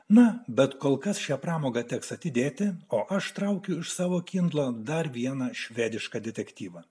na bet kol kas šią pramogą teks atidėti o aš traukiu iš savo kilo dar vieną švedišką detektyvą